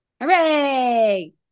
Hooray